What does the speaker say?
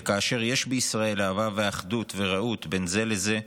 וכאשר יש בישראל אהבה ואחדות ורעות בין זה לזה,